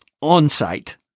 on-site